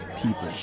People